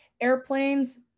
airplanes